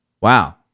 Wow